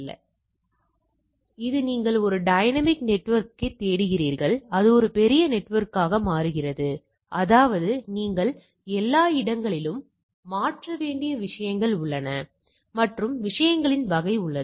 பொதுவாக இது அங்கு வைக்கப்படுகிறது மேலும் 0 மற்றும் கை வர்க்க மதிப்புக்கு இடையிலான வளைவின் கீழ் உள்ள பகுதி இந்த ஒட்டுமொத்தம் இதுதான் பகுதி